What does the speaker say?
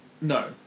no